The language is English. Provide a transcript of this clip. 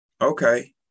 Okay